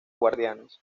guardianes